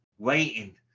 waiting